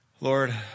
Lord